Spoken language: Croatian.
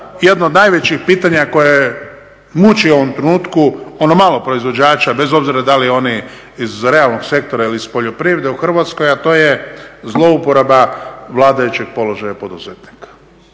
jedno od najvećih pitanja koje muči ovom trenutku ono malo proizvođača bez obzira da li oni iz realnog sektora ili iz poljoprivrede u Hrvatskoj a to je zlouporaba vladajućeg položaja poduzetnika.